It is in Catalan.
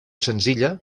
senzilla